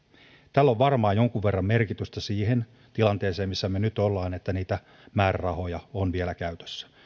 tällä on varmaan jonkin verran merkitystä siihen tilanteeseen missä me nyt olemme että niitä määrärahoja on vielä käytössä